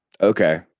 okay